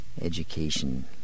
education